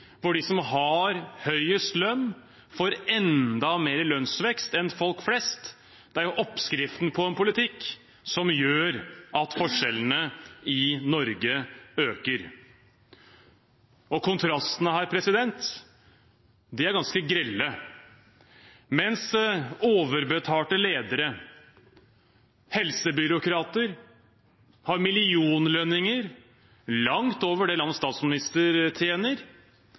hvor de som har høyest lønn, får enda mer i lønnsvekst enn folk flest. Det er jo oppskriften på en politikk som gjør at forskjellene i Norge øker. Kontrastene her er ganske grelle. Mens overbetalte ledere og helsebyråkrater har millionlønninger langt over det landets statsminister tjener,